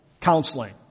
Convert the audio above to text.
counseling